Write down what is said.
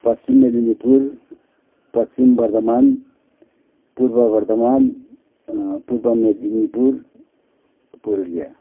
Paschim Medinipur Paschim Bardhaman Purba Bardhaman Purba Medinipur Purulia